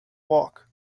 walk